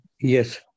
Yes